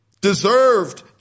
deserved